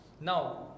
Now